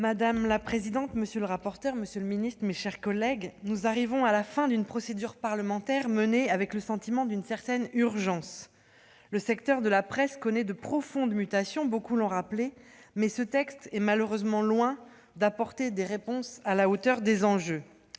Madame la présidente, monsieur le ministre, mes chers collègues, nous arrivons à la fin d'une procédure parlementaire menée avec le sentiment d'une certaine urgence. Le secteur de la presse connaît de profondes mutations, comme l'ont rappelé de nombreux orateurs, mais ce texte est malheureusement loin d'apporter des réponses à la hauteur des enjeux.